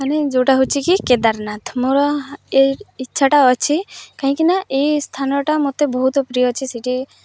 ମାନେ ଯେଉଁଟା ହେଉଛି କି କେଦାରନାଥ ମୋର ଏ ଇଚ୍ଛାଟା ଅଛି କାହିଁକି ନା ଏଇ ସ୍ଥାନଟା ମତେ ବହୁତ ପ୍ରିୟ ଅଛି ସେଇଠି